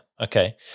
Okay